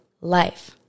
life